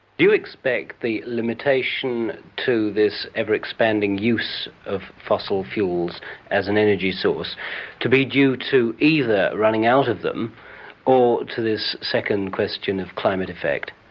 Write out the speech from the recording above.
do you expect the limitation to this ever-expanding use of fossil fuels as an energy source to be due to either running out of them or to this second question of climate effect?